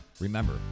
Remember